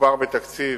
מדובר בתקציב